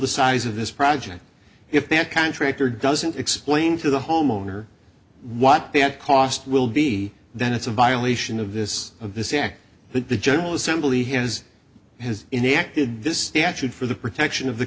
the size of this project if the contractor doesn't explain to the homeowner what the cost will be then it's a violation of this of this act but the general assembly has has enacted this statute for the protection of the